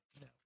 No